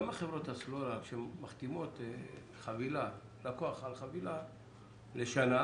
למה חברות הסלולר שמחתימות לקוח על חבילה לשנה,